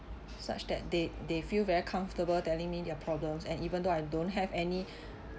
such that they they feel very comfortable telling me their problems and even though I don't have any